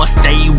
stay